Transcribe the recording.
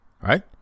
right